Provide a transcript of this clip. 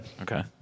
Okay